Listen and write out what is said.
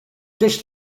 dish